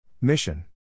Mission